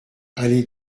allée